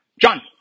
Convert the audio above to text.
John